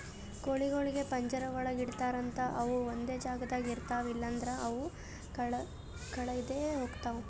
ಕೋಳಿಗೊಳಿಗ್ ಪಂಜರ ಒಳಗ್ ಇಡ್ತಾರ್ ಅಂತ ಅವು ಒಂದೆ ಜಾಗದಾಗ ಇರ್ತಾವ ಇಲ್ಲಂದ್ರ ಅವು ಕಳದೆ ಹೋಗ್ತಾವ